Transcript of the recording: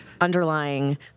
underlying